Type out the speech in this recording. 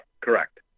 correct